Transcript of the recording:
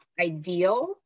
ideal